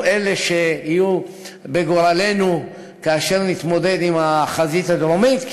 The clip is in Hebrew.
חלילה אלה שיעלו בגורלנו כאשר נתמודד עם החזית הדרומית,